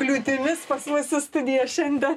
kliūtimis pas mus į studiją šiandien